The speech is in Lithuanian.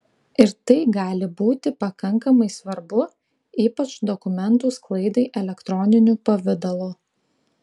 ir tai gali būti pakankamai svarbu ypač dokumentų sklaidai elektroniniu pavidalu